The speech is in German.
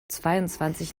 zweiundzwanzig